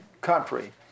country